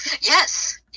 Yes